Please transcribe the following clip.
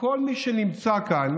כל מי שנמצא כאן